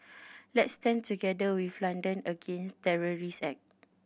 let's stand together with London against terrorist act